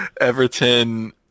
Everton